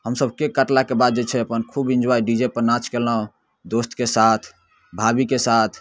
हमसभ केक काटलाके बाद जे छै अपन खूब इन्जॉय अपन डी जे पर नाच कयलहुँ दोस्तके साथ भाभीके साथ